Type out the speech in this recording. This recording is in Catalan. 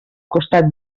costat